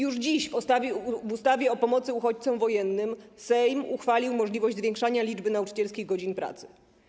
Już dziś w ustawie o pomocy uchodźcom wojennym Sejm uchwalił możliwość zwiększania liczby nauczycielskich godzin pracy.